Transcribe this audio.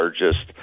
largest